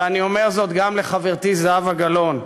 ואני אומר זאת גם לחברתי זהבה גלאון,